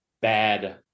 bad